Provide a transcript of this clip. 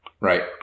right